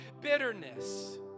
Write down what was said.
bitterness